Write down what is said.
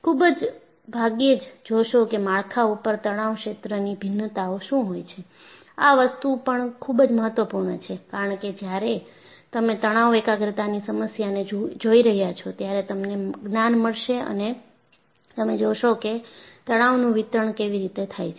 ખૂબ જ ભાગ્યે જ જોશો કે માળખા ઉપર તણાવ ક્ષેત્રની ભિન્નતાઓ શું હોય છે આ વસ્તુ પણ ખૂબ જ મહત્વપૂર્ણ છે કારણ કે જ્યારે તમે તણાવ એકાગ્રતાની સમસ્યાને જોઈ રહ્યા છો ત્યારે તમને જ્ઞાન મળશે અને તમે જોશો કે તણાવનું વિતરણ કેવી રીતે થાય છે